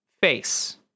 face